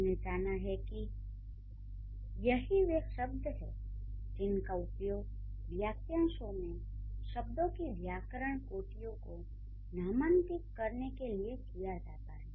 हमने जाना है कि यही वे शब्द हैं जिनका उपयोग वाक्यांशों में शब्दों की व्याकरण कोटियों को नामांकित लेबल करने के लिए किया जाता है